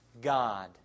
God